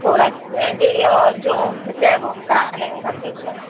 تھوڑا جی اور جو بچا ہے وہ ہم کرا لیں گے گھر پہ اُن کا